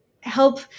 help